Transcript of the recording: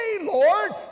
Lord